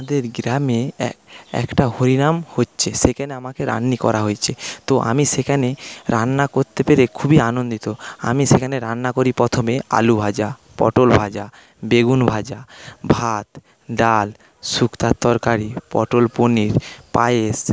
আমাদের গ্রামে এক একটা হরিনাম হচ্ছে সেখানে আমাকে করা হয়েছে তো আমি সেখানে রান্না করতে পেরে খুবই আনন্দিত আমি সেখানে রান্না করি প্রথমে আলুভাজা পটলভাজা বেগুনভাজা ভাত ডাল শুক্তার তরকারি পটল পনির পায়েস